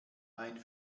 ein